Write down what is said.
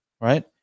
right